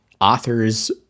authors